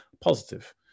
positive